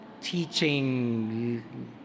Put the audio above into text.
teaching